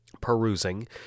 perusing